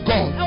God